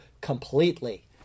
completely